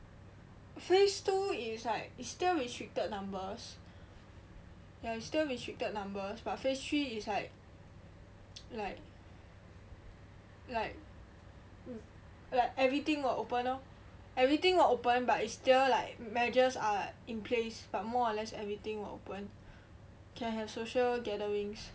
phase two is like it's still restricted numbers yeah it's still restricted numbers but phase three is like like like like everything will open lor everything will open but it's still like measures are in place but more or less everything will open can have social gatherings